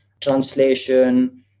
translation